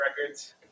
records